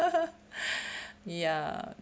ya